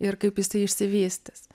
ir kaip jisai išsivystys